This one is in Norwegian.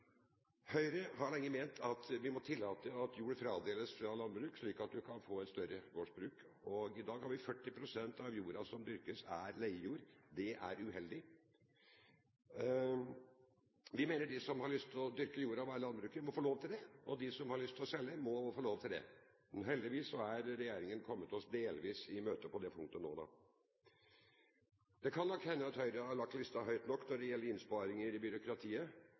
Høyre har lenge ment at vi må tillate at jord fradeles i landbruket, slik at vi kan få større gårdsbruk. I dag er 40 pst. av jorda som dyrkes, leiejord. Det er uheldig. Vi mener at de som har lyst til å dyrke jorda og være i landbruket, må få lov til det, og at de som har lyst til å selge, også må få lov til det. Heldigvis er regjeringen kommet oss delvis i møte på det punktet. Det kan nok hende at Høyre har lagt lista høyt nok når det gjelder innsparinger i byråkratiet,